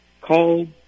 Call